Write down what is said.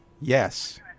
Yes